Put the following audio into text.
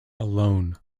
alone